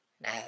Now